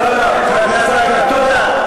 חבר הכנסת אייכלר, תודה.